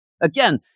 again